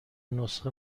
نسخه